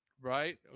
Right